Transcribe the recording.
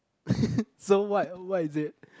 so what what is it